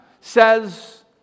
says